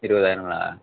இருபதாயிரங்களா